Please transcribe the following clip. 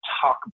talk